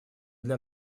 для